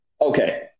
Okay